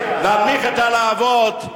להנמיך את הלהבות,